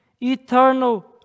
eternal